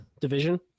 division